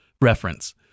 reference